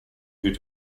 due